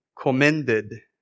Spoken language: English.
Commended